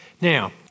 Now